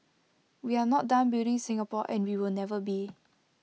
we are not done building Singapore and we will never be